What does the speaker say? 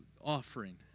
offering